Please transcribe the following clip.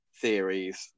theories